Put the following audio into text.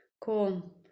cool